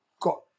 Got